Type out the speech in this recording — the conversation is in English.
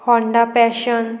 Honda passion